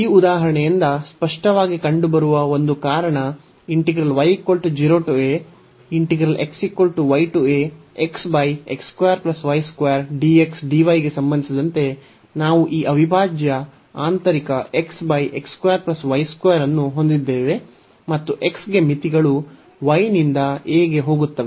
ಈ ಉದಾಹರಣೆಯಿಂದ ಸ್ಪಷ್ಟವಾಗಿ ಕಂಡುಬರುವ ಒಂದು ಕಾರಣ ಗೆ ಸಂಬಂಧಿಸಿದಂತೆ ನಾವು ಈ ಅವಿಭಾಜ್ಯ ಆಂತರಿಕ ಅನ್ನು ಹೊಂದಿದ್ದೇವೆ ಮತ್ತು x ಗೆ ಮಿತಿಗಳು y ನಿಂದ a ಗೆ ಹೋಗುತ್ತವೆ